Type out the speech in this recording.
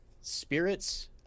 Spirits